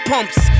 Pumps